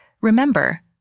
Remember